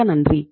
மிக்க நன்றி